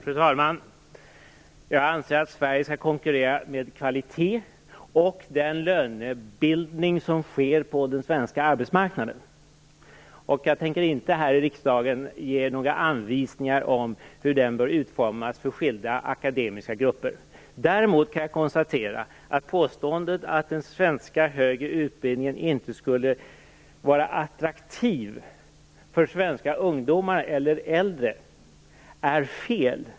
Fru talman! Jag anser att Sverige skall konkurrera med kvalitet och den lönebildning som sker på den svenska arbetsmarknaden. Jag tänker inte här i riksdagen ge några anvisningar om hur den bör utformas för skilda akademiska grupper. Däremot kan jag konstatera att påståendet att den svenska högre utbildningen inte skulle vara attraktiv för svenska ungdomar eller äldre är fel.